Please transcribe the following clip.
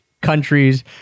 countries